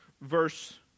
verse